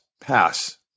pass –